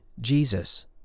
Jesus